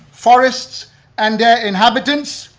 forests and their inhabitants,